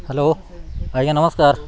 hello ଆଜ୍ଞା ନମସ୍କାର